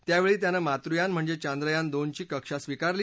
त्यावेळी त्यानं मातृयान म्हणजे चंद्रयान दोनची कक्षा स्विकारली